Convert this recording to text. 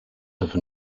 have